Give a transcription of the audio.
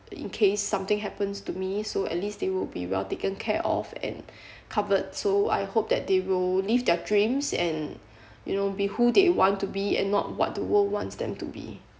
in case something happens to me so at least they will be well taken care of and covered so I hope that they will live their dreams and you know be who they want to be and not what the world wants them to be